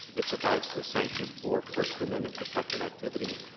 it's about sanctions for first amendment-protected activity.